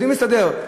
יודעים להסתדר.